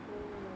oh